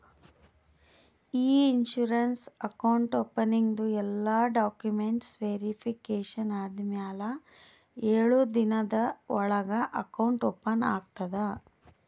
E insurance account ಓಪನಿಂಗ್ದು ಎಲ್ಲಾ documents verification ಆದಮ್ಯಾಲ ಎಳು ದಿನದ ಒಳಗ ಅಕೌಂಟ್ ಓಪನ್ ಆಗ್ತದ